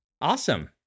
Awesome